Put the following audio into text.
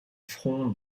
front